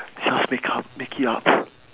just make up make it up